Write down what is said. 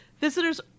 visitors